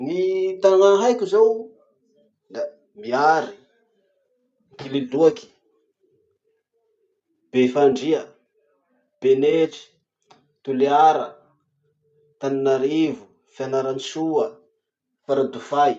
Ny tanà haiko zao da mihay, ankililoaky, befandria, benetry, toliara, tananarivo, fianarantsoa, faradofay.